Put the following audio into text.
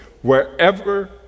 Wherever